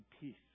peace